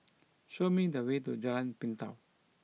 show me the way to Jalan Pintau